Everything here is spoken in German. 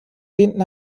lehnten